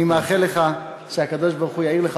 אני מאחל לך שהקדוש-ברוך-הוא יאיר לך